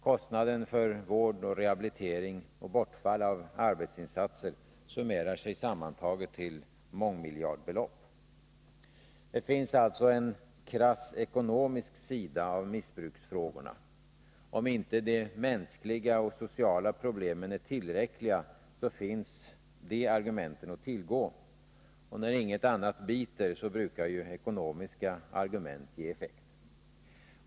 Kostnaden för vård, rehabilitering och bortfall av arbetsinsatser summeras sammantaget till mångmiljardbelopp. Det finns alltså en krass ekonomisk sida av missbruksfrågorna. Om inte de mänskliga och sociala problemen är tillräckliga finns dessa argument att tillgå. Och när inget annat biter brukar ju ekonomiska argument ge effekt.